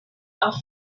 are